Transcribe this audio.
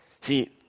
See